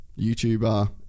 YouTuber